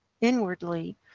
inwardly